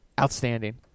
Outstanding